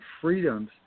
freedoms